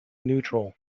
neutral